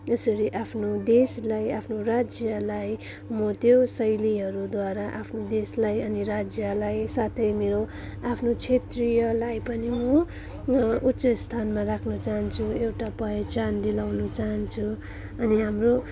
यसरी आफ्नो देशलाई आफ्नो राज्यलाई म त्यो शैलीहरूद्वारा आफ्नो देशलाई अनि राज्यलाई साथै मेरो आफ्नो क्षेत्रलाई पनि म उच्च स्थानमा राख्न चाहन्छु एउटा पहिचान दिलाउन चाहन्छु अनि हाम्रो